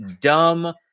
dumb